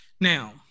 Now